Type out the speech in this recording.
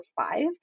five